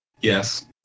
Yes